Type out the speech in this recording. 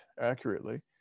accurately